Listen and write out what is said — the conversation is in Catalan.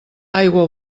aigua